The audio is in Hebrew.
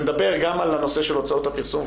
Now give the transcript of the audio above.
שמדבר גם על הנושא של הוצאות הפרסום,